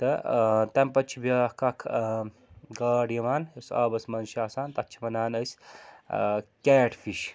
تہٕ تَمہِ پَتہٕ چھِ بیٛاکھ اَکھ گاڈ یِوان یُس آبَس منٛز چھِ آسان تَتھ چھِ وَنان أسۍ کیٹ فِش